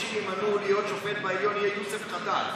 מי שימנו להיות שופט בעליון יהיה יוסף חדאד.